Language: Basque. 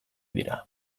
dira